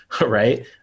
right